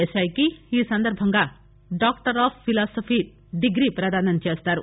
దేశాయికు ఈ సందర్బంగా doctor of philosophy degree ప్రదానం చేస్తారు